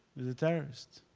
a terrorist.